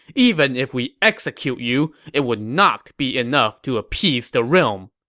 even if we execute you, it would not be enough to appease the realm!